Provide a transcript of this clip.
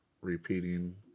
repeating